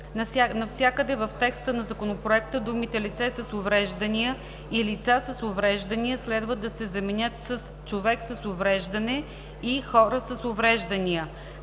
Навсякъде в текста на Законопроекта думите „лице с увреждания“ и „лица с увреждания“ следва да се заменят с „човек с увреждане“ и „хора с увреждания“